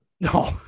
No